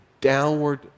downward